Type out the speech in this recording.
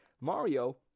Mario